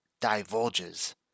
divulges